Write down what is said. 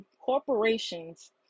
corporations